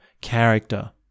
character